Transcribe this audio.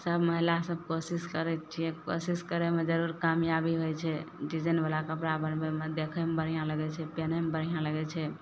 सब महिला सब कोशिश करय छियै कोशिश करयमे जरूर कामयाबी होइ छै डिजाइनवला कपड़ा बनबयमे देखय भी बढ़िआँ लगय छै पीन्हयमे बढ़िआँ लगय छै